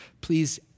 Please